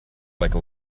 like